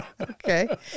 Okay